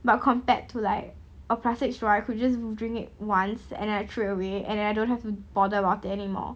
but compared to like a plastic straw I could just drink it once and then I throw it away and I don't have to bother about it anymore